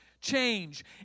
change